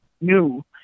new